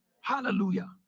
Hallelujah